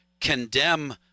condemn